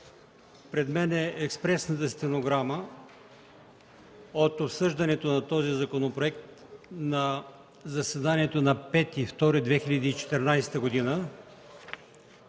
Пред мен е експресната стенограма от обсъждането на този законопроект на заседанието на 5 февруари